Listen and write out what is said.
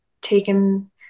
taken